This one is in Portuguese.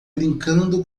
brincando